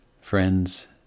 friends